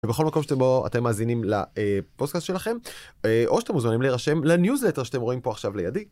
ובכל מקום שאתם בו, אתם מאזינים לפודקאסט שלכם, או שאתם מוזמנים להירשם לניוזלטר שאתם רואים פה עכשיו לידי.